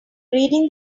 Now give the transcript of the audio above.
reading